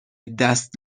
دست